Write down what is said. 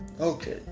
okay